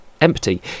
empty